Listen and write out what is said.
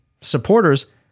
supporters